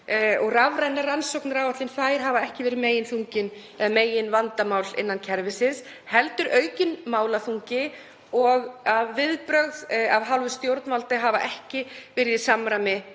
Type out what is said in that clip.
og rafrænar rannsóknaráætlanir hafa ekki verið meginvandamál innan kerfisins heldur aukinn málaþungi og að viðbrögð af hálfu stjórnvalda hafa ekki verið í samræmi